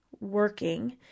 working